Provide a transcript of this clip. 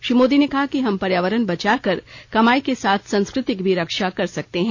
श्री मोदी ने कहा कि हम पर्यावरण बचाकर कमाई के साथ संस्कृति की भी रक्षा कर सकते हैं